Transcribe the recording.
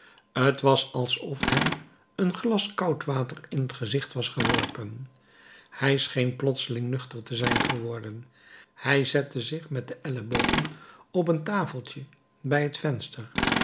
t was alsof hem een glas koud water in t gezicht was geworpen hij scheen plotseling nuchter te zijn geworden hij zette zich met de ellebogen op een tafeltje bij het venster